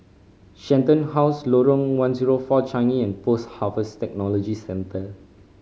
Shenton House Lorong One Zero Four Changi and Post Harvest Technology Centre